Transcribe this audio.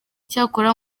cyakora